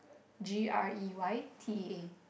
G_R_E_Y_T_E_A